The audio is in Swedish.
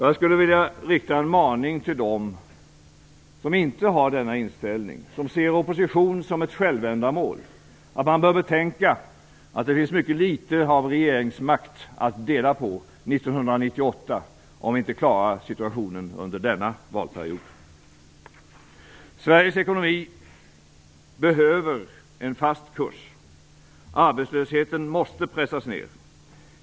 Jag skulle vilja rikta en maning till dem som inte har denna inställning, som ser opposition som ett självändamål. De bör betänka att det finns mycket litet av regeringsmakt att dela på 1998 om vi inte klarar situationen under denna valperiod. Sveriges ekonomi behöver en fast kurs. Arbetslösheten måste pressas ned.